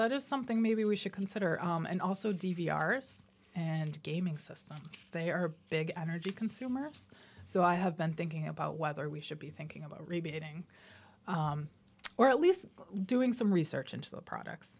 is something maybe we should consider and also d v r and gaming systems they are big energy consumers so i have been thinking about whether we should be thinking about rebating or at least doing some research into the products